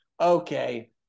Okay